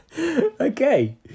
okay